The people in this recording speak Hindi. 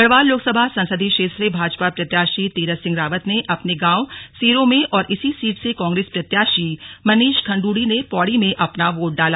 गढ़वाल लोकसभा संसदीय क्षेत्र से भाजपा प्रत्याशी तीरथ सिंह रावत ने अपने गाँव सीरों में और इसी सीट से कांग्रेस प्रत्याशी मनीष खण्ड्ड़ी ने पौड़ी में अपना बोट डाला